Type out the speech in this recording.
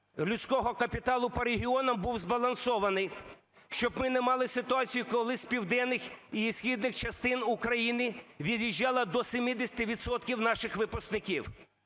людського капіталу по регіонам був збалансований, щоб ми не мали ситуацію, коли з південних і східних частин України від'їжджало до 70 відсотків наших випускників,